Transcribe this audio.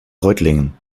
reutlingen